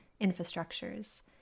infrastructures